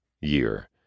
year